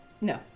no